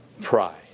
pride